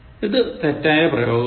ഇത് തെറ്റായ പ്രയോഗമാണ്